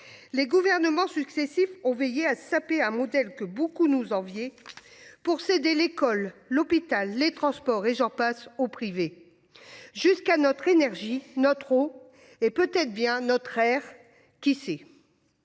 les gouvernements successifs ont veillé à saper un modèle que beaucoup nous envier pour céder l'école, l'hôpital, les transports et j'en passe au privé. Jusqu'à notre énergie, notre eau et peut être bien notre ère qu'ici.